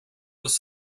was